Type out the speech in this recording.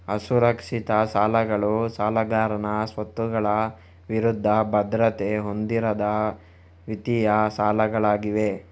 ಅಸುರಕ್ಷಿತ ಸಾಲಗಳು ಸಾಲಗಾರನ ಸ್ವತ್ತುಗಳ ವಿರುದ್ಧ ಭದ್ರತೆ ಹೊಂದಿರದ ವಿತ್ತೀಯ ಸಾಲಗಳಾಗಿವೆ